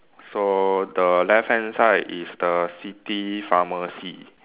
so the left hand side is the city pharmacy